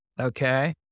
okay